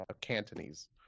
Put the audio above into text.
Cantonese